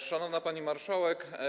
Szanowna Pani Marszałek!